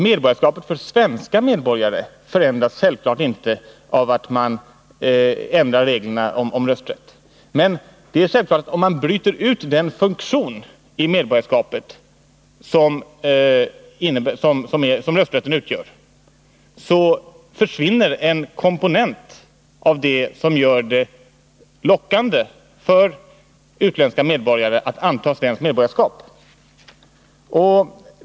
Medborgarskapet för svenska medborgare förändras självfallet inte av att man ändrar reglerna för rösträtt, men om man bryter ut den funktionen i medborgarskapet som rösträtten utgör, försvinner en komponent av det som gör det lockande för 111 utländska medborgare att anta svenskt medborgarskap.